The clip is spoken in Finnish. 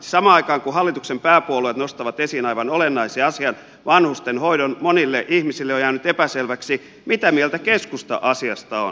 samaan aikaan kun hallituksen pääpuolueet nostavat esiin aivan olennaisen asian vanhusten hoidon monille ihmisille on jäänyt epäselväksi mitä mieltä keskusta asiasta on